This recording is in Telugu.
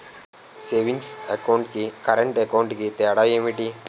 సేవింగ్స్ అకౌంట్ కి కరెంట్ అకౌంట్ కి తేడా ఏమిటి?